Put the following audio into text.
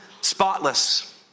spotless